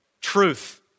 truth